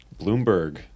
Bloomberg